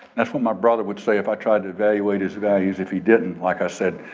that's what my brother would say if i tried to evaluate his values if he didn't, like i said,